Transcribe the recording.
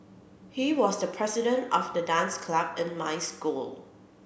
he was the president of the dance club in my school